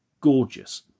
gorgeous